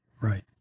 Right